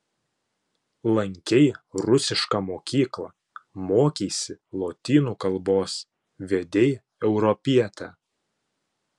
lankei rusišką mokyklą mokeisi lotynų kalbos vedei europietę